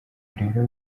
rero